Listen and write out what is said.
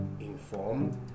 informed